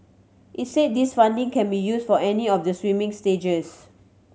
it's say this funding can be use for any of the swimming stages